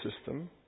system